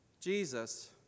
Jesus